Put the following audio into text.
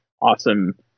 awesome